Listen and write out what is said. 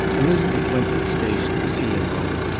elizabeth went to the station to see him off,